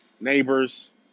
neighbors